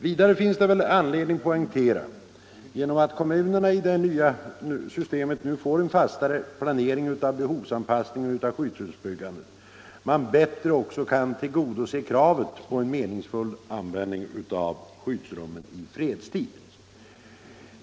Vidare finns det anledning poängtera att man — genom att kommunerna i det nya systemet får en fastare planering av behovsanpassningen av skyddsrumsbyggandet — bättre kan tillgodose kravet på en meningsfull användning av skyddsrummen i fredstid.